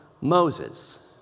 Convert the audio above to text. Moses